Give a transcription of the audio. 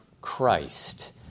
Christ